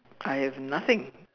I have nothing